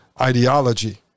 ideology